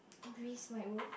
Greece might work